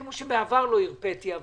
כפי שבעבר לא הרפיתי,